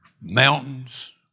Mountains